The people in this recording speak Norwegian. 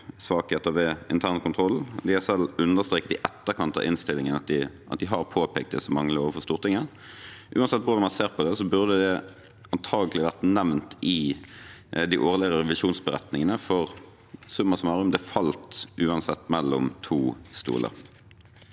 svakheter ved internkontrollen, og de har selv understreket i etterkant av innstillingen at de har påpekt disse manglene overfor Stortinget. Uansett hvordan man ser på det, burde det antakelig vært nevnt i de årlige revisjonsberetningene, for det falt, summa summarum, uansett mellom to stoler.